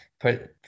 put